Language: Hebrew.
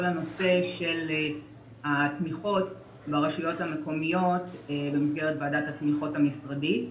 הנושא של התמיכות ברשויות המקומיות במסגרת ועדת התמיכות המשרדית.